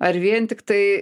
ar vien tiktai